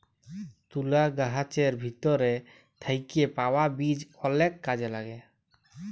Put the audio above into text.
তুলা গাহাচের ভিতর থ্যাইকে পাউয়া বীজ অলেক কাজে ল্যাগে